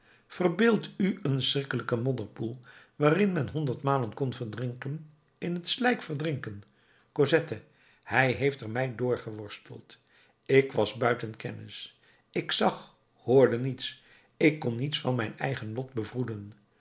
verbeeld u een schrikkelijken modderpoel waarin men honderd malen kon verdrinken in het slijk verdrinken cosette hij heeft er mij doorgeworsteld ik was buiten kennis ik zag hoorde niets ik kon niets van mijn eigen lot bevroeden